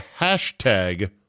hashtag